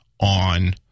on